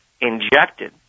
injected